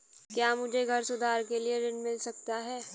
क्या मुझे घर सुधार के लिए ऋण मिल सकता है?